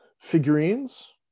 figurines